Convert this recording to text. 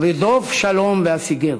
רדוף שלום והשיגהו.